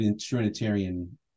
Trinitarian